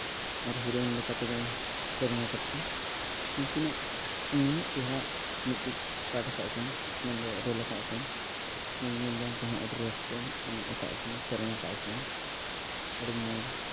ᱟᱨ heroine ᱞᱮᱠᱟ ᱛᱮᱫᱚ ᱠᱟᱨᱤᱱᱟ ᱠᱟᱹᱯᱩᱨ ᱩᱱᱠᱤᱱᱟᱜ ᱱᱩᱱᱟᱹᱜ ᱪᱮᱦᱨᱟ ᱢᱤᱫᱴᱤᱡ ᱯᱟᱴ ᱠᱟᱜ ᱟᱹᱠᱤᱱ ᱢᱮᱱ ᱫᱚ ᱨᱳᱞ ᱠᱟᱜ ᱟᱹᱠᱤᱱ ᱧᱮ ᱧᱮᱞ ᱡᱚᱝ ᱛᱮ ᱦᱚᱸ ᱟᱹᱰᱤ ᱨᱟᱹᱥᱠᱟᱹ ᱥᱮᱱᱮᱡ ᱠᱟᱜ ᱟᱠᱤᱱ ᱥᱮᱨᱮᱧ ᱠᱟᱜ ᱟᱹᱠᱤᱱ ᱟᱹᱰᱤ ᱢᱚᱡᱽ